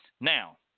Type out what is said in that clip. Now